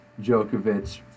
Djokovic